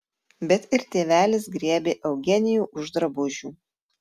bet ir tėvelis griebė eugenijų už drabužių